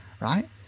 right